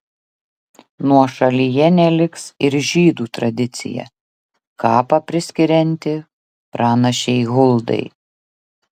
nuošalyje neliks ir žydų tradicija kapą priskirianti pranašei huldai